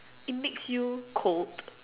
it makes you cold